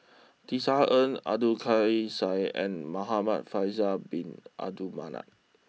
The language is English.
Tisa Ng Abdul Kadir Syed and Muhamad Faisal Bin Abdul Manap